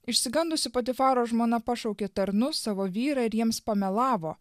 išsigandusi patifaro žmona pašaukė tarnus savo vyrą ir jiems pamelavo